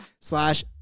slash